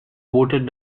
voted